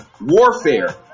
warfare